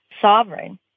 sovereign